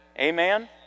Amen